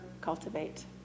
cultivate